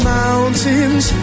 mountains